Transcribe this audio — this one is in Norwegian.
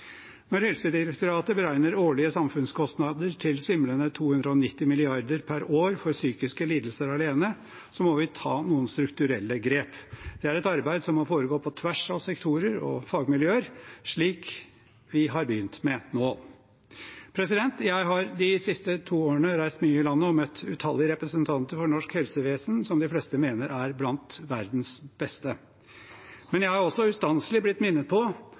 Når Helsedirektoratet beregner årlige samfunnskostnader til svimlende 290 mrd. kr per år for psykiske lidelser alene, må vi ta noen strukturelle grep. Det er et arbeid som må foregå på tvers av sektorer og fagmiljøer, som vi har begynt med nå. Jeg har de siste to årene reist mye i landet og møtt utallige representanter for norsk helsevesen, som de fleste mener er blant verdens beste. Men jeg har også ustanselig blitt minnet på